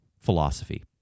philosophy